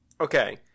Okay